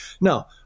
Now